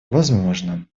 возможно